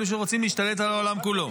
אלו שרוצים להשתלט על העולם כולו.